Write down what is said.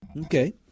Okay